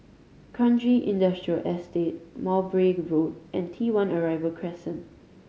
Kranji Industrial Estate Mowbray Road and T One Arrival Crescent